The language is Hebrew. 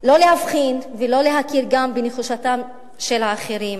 לא להבחין ולא להכיר גם בנחישותם של האחרים?